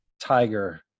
Tiger